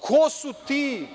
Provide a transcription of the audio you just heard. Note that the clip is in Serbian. Ko su ti?